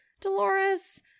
Dolores